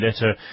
letter